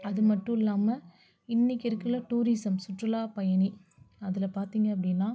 அதுமட்டும் இல்லாமல் இன்றைக்கி இருக்கிற டூரிசம் சுற்றுலா பயணி அதில் பார்த்திங்க அப்படின்னா